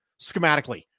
schematically